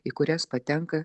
į kurias patenka